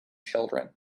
children